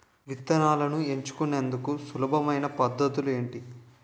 విత్తనాలను ఎంచుకునేందుకు సులభమైన పద్ధతులు ఏంటి?